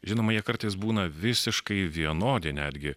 žinoma jie kartais būna visiškai vienodi netgi